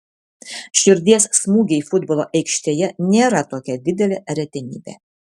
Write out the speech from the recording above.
širdies smūgiai futbolo aikštėje nėra tokia didelė retenybė